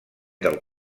del